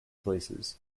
places